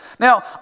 Now